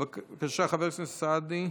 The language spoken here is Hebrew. בבקשה, חבר הכנסת סעדי.